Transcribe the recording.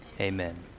amen